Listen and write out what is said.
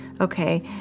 okay